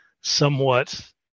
somewhat